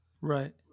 Right